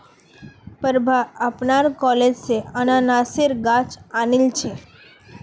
प्रभा अपनार कॉलेज स अनन्नासेर गाछ आनिल छ